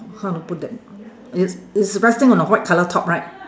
how to put that it's it's resting on a white colour top right